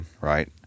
Right